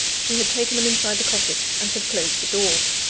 she had taken them inside the cottage, and had closed the door.